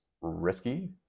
risky